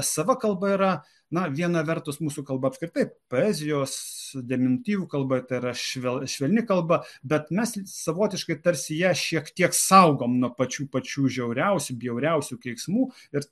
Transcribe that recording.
sava kalba yra na viena vertus mūsų kalba apskritai poezijos deminutyvų kalba tai yra švel švelni kalba bet mes savotiškai tarsi ją šiek tiek saugom nuo pačių pačių žiauriausių bjauriausių keiksmų ir